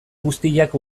guztiak